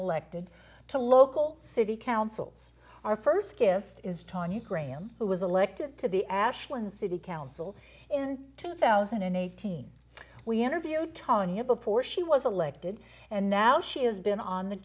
elected to local city councils our st guest is tanya graham who was elected to the ashland city council in two thousand and eighteen we interviewed tanya before she was elected and now she has been on the